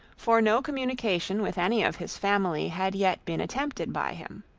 for no communication with any of his family had yet been attempted by him.